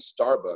Starbucks